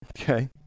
Okay